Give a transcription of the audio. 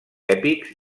èpics